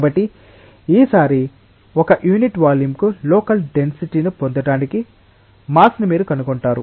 కాబట్టి ఈ సారి ఒక యూనిట్ వాల్యూమ్కు లోకల్ డెన్సిటీను పొందడానికి మాస్ ని మీరు కనుగొంటారు